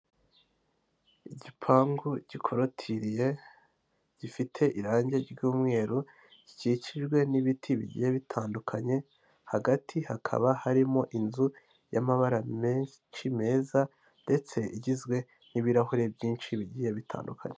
Igipangu gikuratiriye gifite irangi ry'umweru gikikijwe n'ibiti bigiye bitandukanye, hagati hakaba harimo inzu y'amabara menshi meza, ndetse igizwe n'ibirahure byinshi bigiye bitandukanye.